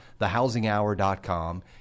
thehousinghour.com